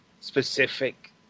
specific